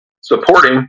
supporting